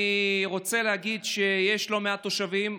אני רוצה להגיד שיש לא מעט תושבים,